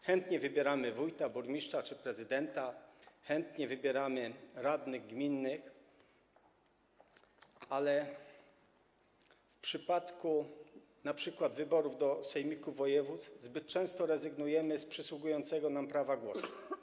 Chętnie wybieramy wójta, burmistrza czy prezydenta, chętnie wybieramy radnych gminnych, ale w przypadku np. wyborów do sejmików województw zbyt często rezygnujemy z przysługującego nam prawa głosu.